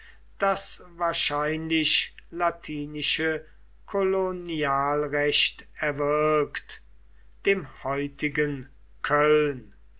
das wahrscheinlich latinische kolonialrecht erwirkt dem heutigen köln